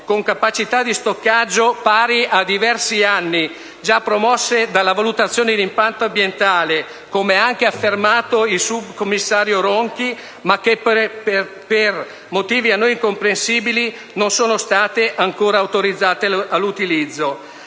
con capacità di stoccaggio pari a diversi anni, già promosse nella valutazione di impatto ambientale, come ha anche affermato il subcommissario Ronchi, ma che per motivi a noi incomprensibili non sono state ancora autorizzate all'utilizzo.